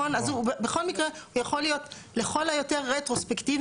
אז הוא בכל מקרה יכול להיות לכל היותר רטרוספקטיבי